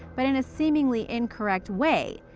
but in a seemingly incorrect way.